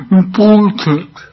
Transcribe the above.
important